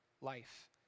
life